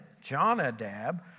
Jonadab